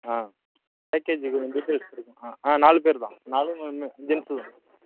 ஆ பேக்கேஜ்க்கு வந்துவிட்டு ஆ ஆ நாலு பேர் தான் நாலும் ஜென்ஸ் தான்